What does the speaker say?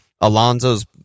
Alonzo's